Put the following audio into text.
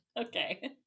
Okay